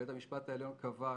בית המשפט העליון קבע,